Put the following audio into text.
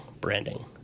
Branding